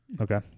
okay